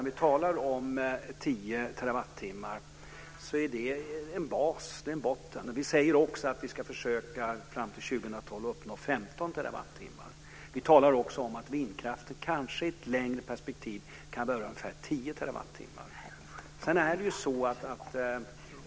Vi talar om 10 terawattimmar. Det är en bas eller botten. Vi säger att vi fram till 2012 ska försöka uppnå 15 terawattimmar. Vi talar också om att det vad gäller vindkraften i ett längre perspektiv kan röra sig om ungefär 10 terawattimmar.